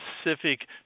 specific